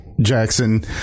Jackson